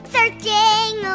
Searching